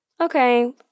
okay